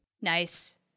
Nice